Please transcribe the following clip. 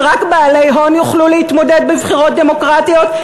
שרק בעלי הון יוכלו להתמודד בבחירות דמוקרטיות,